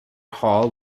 hall